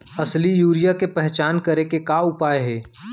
असली यूरिया के पहचान करे के का उपाय हे?